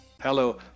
Hello